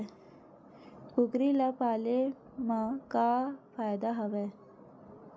कुकरी ल पाले म का फ़ायदा हवय?